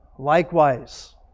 Likewise